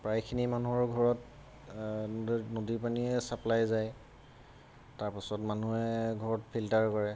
প্ৰায়খিনি মানুহৰ ঘৰত নদী পানীয়ে চাপ্লাই যায় তাৰপাছত মানুহে ঘৰত ফিল্টাৰ কৰে